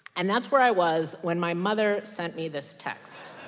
and that's where i was when my mother sent me this text